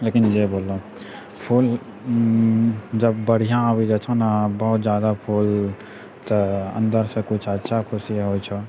लेकिन जे बोलऽ फूल जब बढ़िआँ आबी जाइ छऽ ने बहुत ज्यादा फूल तऽ अन्दसँ कुछ अच्छा खुशी होइ छऽ